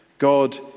God